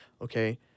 okay